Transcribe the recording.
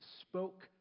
spoke